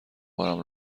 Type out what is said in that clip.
بارم